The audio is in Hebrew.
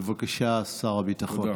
בבקשה, שר הביטחון.